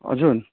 हजुर